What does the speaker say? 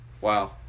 Wow